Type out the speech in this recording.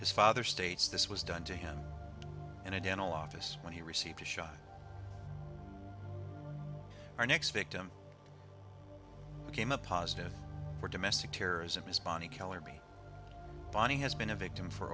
his father states this was done to him in a dental office when he received a shock our next victim came up positive for domestic terrorism as bonnie keller b bonnie has been a victim for